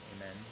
Amen